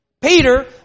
Peter